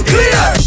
Clear